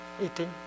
eating